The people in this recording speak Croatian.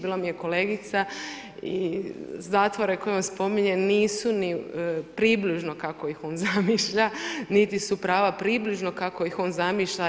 Bila mi je kolegica i zatvore koje on spominje nisu ni približno kako ih on zamišlja, niti su prava približno kako ih on zamišlja.